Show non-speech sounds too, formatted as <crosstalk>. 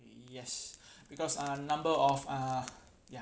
yes <breath> because uh number of uh ya